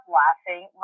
laughing